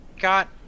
got